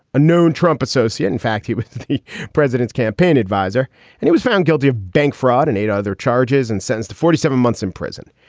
a known trump associate. in fact, he was. the president's campaign adviser and he was found guilty of bank fraud and eight other charges and sends the forty seven months in prison.